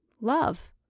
love